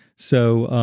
so,